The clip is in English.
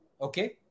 Okay